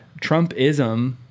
Trumpism